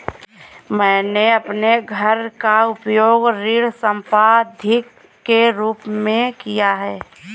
मैंने अपने घर का उपयोग ऋण संपार्श्विक के रूप में किया है